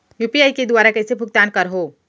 UPI के दुवारा कइसे भुगतान करहों?